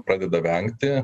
pradeda vengti